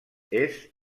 est